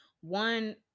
One